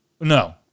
No